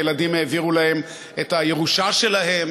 הילדים העבירו להם את הירושה שלהם,